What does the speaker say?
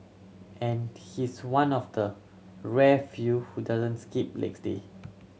and he's one of the rare few who doesn't skip legs day